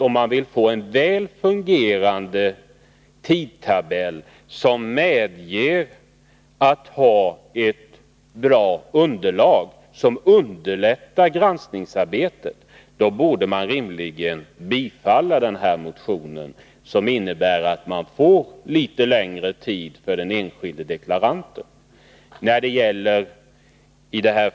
Om man vill få en väl fungerande tidtabell, som möjliggör att den enskilde har ett deklarationsunderlag som är så bra att granskningsarbetet underlättas, så borde man rimligen kunna bifalla yrkandet i vår motion, som innebär att den enskilde deklaranten får litet längre tid på sig.